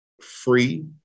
free